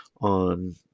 on